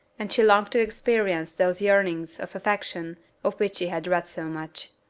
and she longed to experience those yearnings of affection of which she had read so much.